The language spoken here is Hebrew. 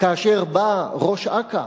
כאשר באו ראש אכ"א